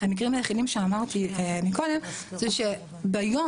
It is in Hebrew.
המקרים היחידים שאמרתי מקודם זה שביום